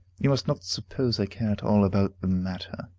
you must not suppose i care at all about the matter.